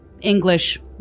English